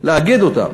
ולאגד אותם.